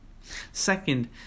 Second